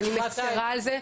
אני מצרה על כך.